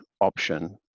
option